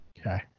Okay